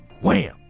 wham